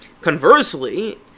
Conversely